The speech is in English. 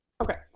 Okay